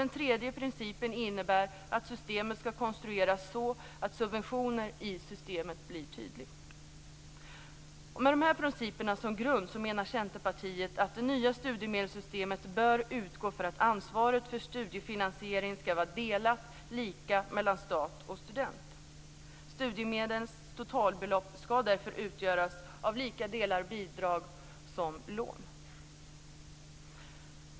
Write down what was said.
Den tredje principen innebär att systemet skall konstrueras så att subventioner i systemet blir tydliga. Med dessa principer som grund menar Centerpartiet att det nya studiemedelssystemet bör utgå från att ansvaret för studiefinansieringen skall delas lika mellan stat och student. Studiemedlens totalbelopp skall därför utgöras av lika delar bidrag och lån.